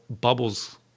bubbles